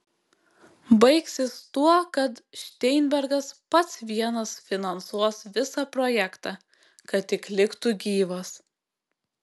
baigsis tuo kad šteinbergas pats vienas finansuos visą projektą kad tik liktų gyvas